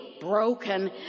broken